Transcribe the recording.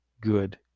good